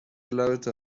لبتو